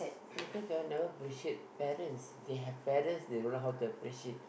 because you all never appreciate parents they have parents they don't know how to appreciate